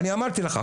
אני אמרתי לך,